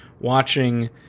watching